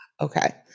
okay